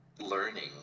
learning